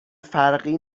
فرقی